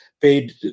paid